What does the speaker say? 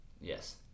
yes